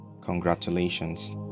congratulations